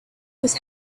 was